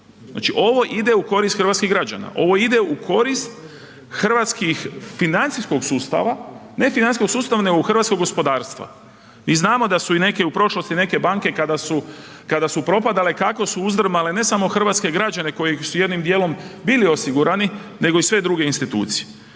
Znači ovo ide u korist hrvatskih građana, ovo ide u korist hrvatskih financijskih sustava, ne financijskog sustava nego hrvatskog gospodarstva i znamo da su i neke u prošlosti, neke banke kada su propadale, kako su uzdrmale ne samo hrvatske građane koji su jednim djelom bili osigurani nego i sve druge institucije.